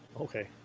Okay